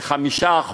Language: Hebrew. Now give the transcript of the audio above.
5%,